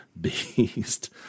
beast